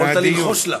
יכולת ללחוש לה.